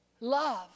Love